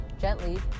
gently